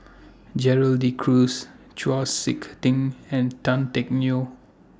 Gerald De Cruz Chau Sik Ting and Tan Teck Neo